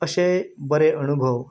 अशें बरे अणभव